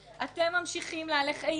אתם ממשיכים להלך אימים,